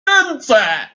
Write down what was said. ręce